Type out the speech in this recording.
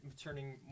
turning